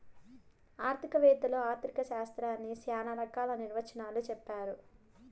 ఆర్థిక వేత్తలు ఆర్ధిక శాస్త్రాన్ని శ్యానా రకాల నిర్వచనాలు చెప్పారు